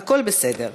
הכול בסדר.